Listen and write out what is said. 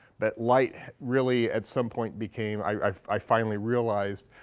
but light really at some point became, i finally realized,